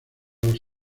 los